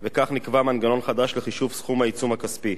וכן נקבע מנגנון חדש לחישוב סכום העיצום הכספי,